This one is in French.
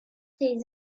ses